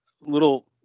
Little